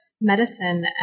medicine